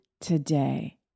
today